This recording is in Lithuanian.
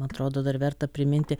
atrodo dar verta priminti